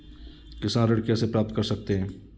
किसान ऋण कैसे प्राप्त कर सकते हैं?